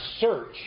search